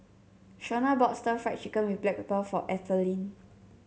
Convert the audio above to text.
Shonna bought Stir Fried Chicken with Black Pepper for Ethelene